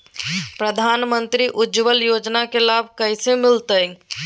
प्रधानमंत्री उज्वला योजना के लाभ कैसे मैलतैय?